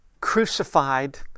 crucified